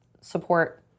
support